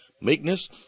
meekness